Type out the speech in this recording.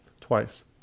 twice